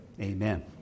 Amen